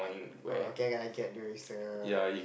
oh okay I get you it's the